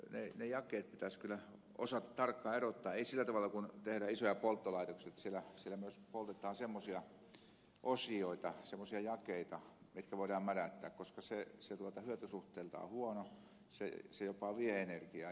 minusta ne jakeet pitäisi kyllä osata tarkkaan erottaa ei sillä tavalla kuin tehdään isoja polttolaitoksia että siellä myös poltetaan semmoisia osioita semmoisia jakeita mitkä voidaan mädättää koska se on hyötysuhteiltaan huono se jopa vie energiaa